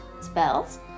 spells